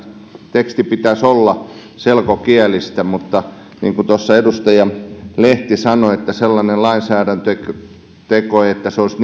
tekstin pitäisi olla selkokielistä mutta niin kuin edustaja lehti sanoi niin sellainen lainsäädäntöteko että se olisi